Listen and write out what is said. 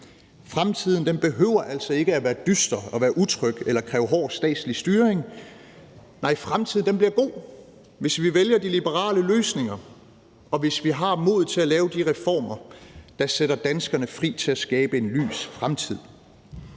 Fremtiden behøver altså ikke at være dyster og være utryg eller kræve hård statslig styring. Nej, fremtiden bliver god, hvis vi vælger de liberale løsninger, og hvis vi har modet til at lave de reformer, der sætter danskerne fri til at skabe en lys fremtid.